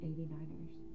89ers